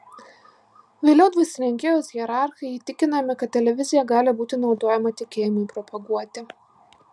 vėliau dvasininkijos hierarchai įtikinami kad televizija gali būti naudojama tikėjimui propaguoti